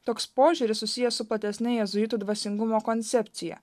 toks požiūris susijęs su platesne jėzuitų dvasingumo koncepcija